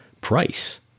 price